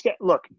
look